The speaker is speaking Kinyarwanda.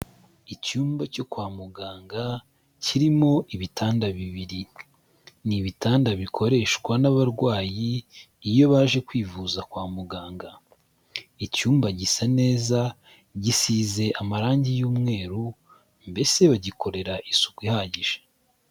Icyumba cyo kwa muganga kirimo ibitanda bibiri. Ni ibitanda bikoreshwa n'abarwayi iyo baje kwivuza kwa muganga, icyumba gisa neza, gisize amarangi y'umweru, mbese bagikorera isuku ihagije.